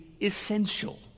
essential